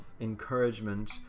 encouragement